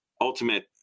ultimate